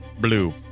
Blue